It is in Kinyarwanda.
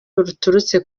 buturutse